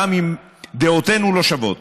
גם אם דעתנו לא שוות